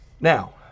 Now